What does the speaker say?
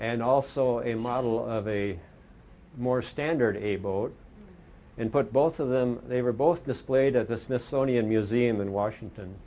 and also a model of a more standard a boat and put both of them they were both displayed at the smithsonian museum in washington